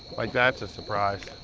like that's a surprise.